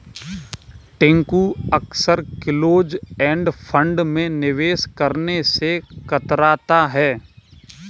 टिंकू अक्सर close end fund में निवेश करने से कतराता है